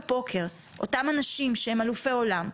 אותם אנשים שהם אלופי עולם,